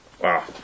wow